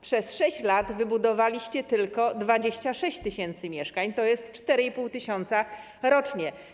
Przez 6 lat wybudowaliście tylko 26 tys. mieszkań, tj. 4,5 tys. rocznie.